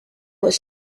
was